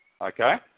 Okay